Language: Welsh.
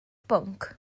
bwnc